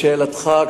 לשאלתך,